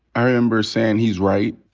i remember sayin', he's right.